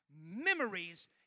memories